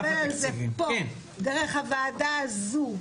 דרך הוועדה הזו,